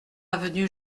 avenue